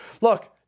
Look